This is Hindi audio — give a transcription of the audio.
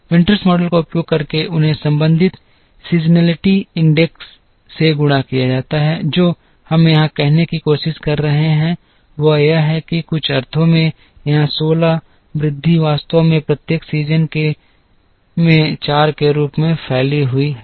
विंटर्स मॉडल का उपयोग करके उन्हें संबंधित सीज़नलिटी इंडेक्स से गुणा किया जाता है जो हम यहां कहने की कोशिश कर रहे हैं वह यह है कि कुछ अर्थों में यहां 16 वृद्धि वास्तव में प्रत्येक सीज़न में 4 के रूप में फैली हुई है